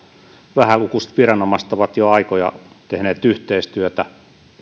vähälukuiset viranomaiset ovat jo aikoja tehneet yhteistyötä